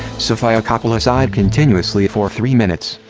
sofia coppola sighed continuously for three minutes.